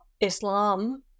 Islam